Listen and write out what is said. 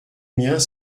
miens